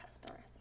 customers